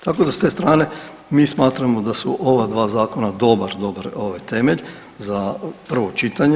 Tako da s te strane, mi smatramo da su ova dva zakona dobar, dobar temelj za prvo čitanje.